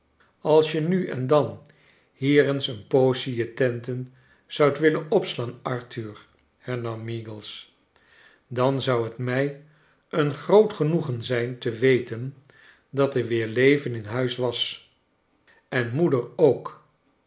als je nu en dan hier eens een poosje je tenten zoudt willen opslaan arthur hernam meagles dan zou t mij een groot genoegen zijn te weten dat er weer leven in huis was en moeder ook